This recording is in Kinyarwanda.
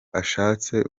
ashatse